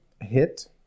hit